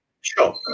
Sure